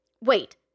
Wait